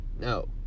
No